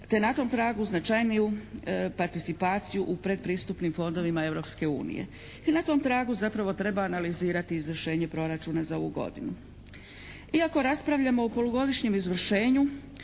te na tom tragu značajniju participaciju u predpristupnim fondovima Europske unije. I na tom tragu zapravo treba analizirati izvršenje proračuna za ovu godinu. Iako raspravljamo o polugodišnjem izvršenju